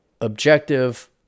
objective